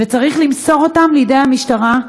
וצריך למסור אותם לידי המשטרה,